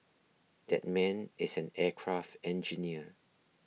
that man is an aircraft engineer